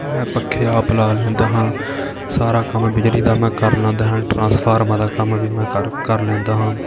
ਮੈਂ ਪੱਖੇ ਆਪ ਲਾ ਲੈਂਦਾ ਹਾਂ ਸਾਰਾ ਕੰਮ ਬਿਜਲੀ ਦਾ ਮੈਂ ਕਰ ਲੈਂਦਾ ਹਾਂ ਟਰਾਂਸਫਾਰਮਾਂ ਕੰਮ ਵੀ ਮੈਂ ਕਰ ਕਰ ਲੈਂਦਾ ਹਾਂ